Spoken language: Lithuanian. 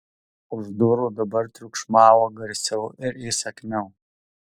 už durų dabar triukšmavo garsiau įsakmiau